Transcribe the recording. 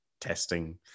testing